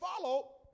follow